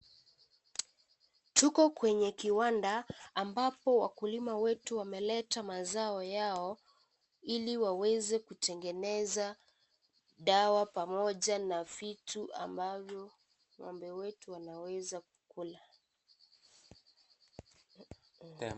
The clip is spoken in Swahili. Tuko kwenye kiwanda, ambapo wakulima wetu wameleta mazao yao, ili waweze kutengeneza, dawa, pamoja na vitu ambavyo ngombe wetu wanaweza kula.